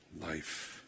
life